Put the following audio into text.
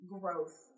growth